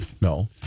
No